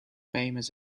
famous